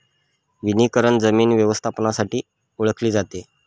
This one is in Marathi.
वनीकरण जमीन व्यवस्थापनासाठी ओळखले जाते